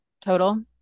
total